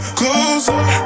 closer